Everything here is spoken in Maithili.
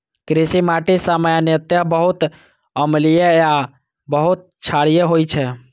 कृषि माटि सामान्यतः बहुत अम्लीय आ बहुत क्षारीय होइ छै